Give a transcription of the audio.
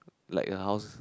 like her house